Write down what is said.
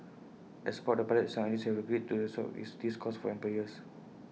as part of the pilot some agencies have agreed to absorb this cost for employers